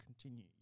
continue